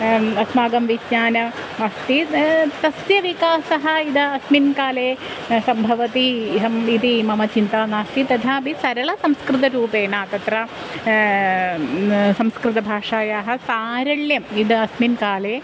अस्माकं विज्ञानम् अस्ति तस्य विकासः इदम् अस्मिन् काले सम्भवति अहम् इति मम चिन्ता नास्ति तथापि सरलसंस्कृतरूपेण तत्र संस्कृतभाषायाः सारल्यम् इदम् अस्मिन् काले